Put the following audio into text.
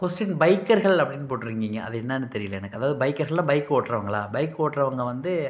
கொஸ்டின்னு பைக்கர்கள் அப்படின்னு போட்டிருக்கீங்க அது என்னென்னு தெரியலை எனக்கு அதாவது பைக்கரில் பைக் ஓட்டுறவங்களா பைக் ஓட்டுறவங்க வந்து